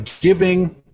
giving